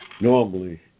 Normally